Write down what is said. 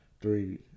three